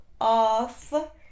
off